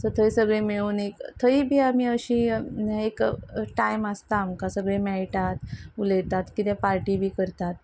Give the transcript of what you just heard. so थंय सगळे मेळून एक थंय बी आमी अशी एक टायम आसता आमकां सगळें मेळटात उलयतात किदें पार्टी बी करतात